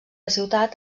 ciutat